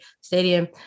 Stadium